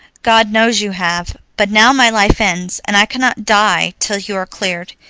god knows you have, but now my life ends, and i cannot die till you are cleared.